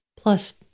Plus